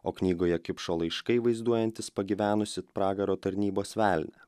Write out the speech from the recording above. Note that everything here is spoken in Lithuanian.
o knygoje kipšo laiškai vaizduojantis pagyvenusį pragaro tarnybos velnią